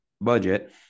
budget